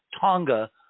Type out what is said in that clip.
Tonga